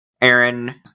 Aaron